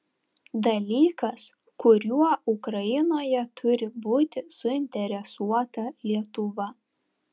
dalykas kuriuo ukrainoje turi būti suinteresuota lietuva